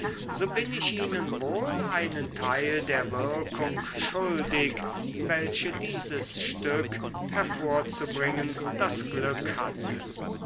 so bin ich ihnen wohl einen teil der wirkung schuldig welche dieses stück hervorzubringen das glück hatte